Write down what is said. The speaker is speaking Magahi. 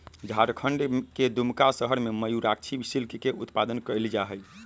झारखंड के दुमका शहर में मयूराक्षी सिल्क के उत्पादन कइल जाहई